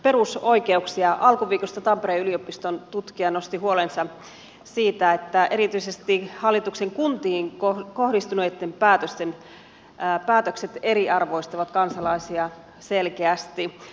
alkuviikosta tampereen yliopiston tutkija nosti huolensa siitä että erityisesti hallituksen kuntiin kohdistuneet päätökset eriarvoistavat kansalaisia selkeästi